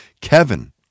kevin